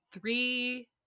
three